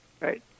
Right